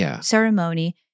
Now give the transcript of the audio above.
ceremony